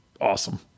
awesome